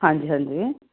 ਹਾਂਜੀ ਹਾਂਜੀ